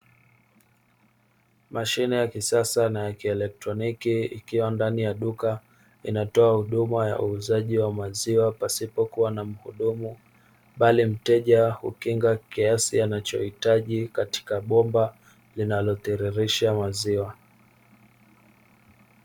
Mashine ya kisasa na ya kielektroniki, inatoa huduma ya uuzaji wa maziwa pasipokua na muhudumu bali mteja hukinga kiasi anachokihitaji katika bomba linalotiririsha maziwa.